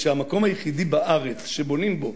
שהמקום היחידי בארץ שבונים בו,